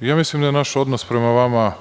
mislim da je naš odnos prema vama